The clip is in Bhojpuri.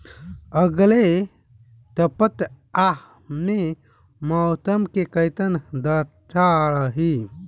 अलगे सपतआह में मौसम के कइसन दशा रही?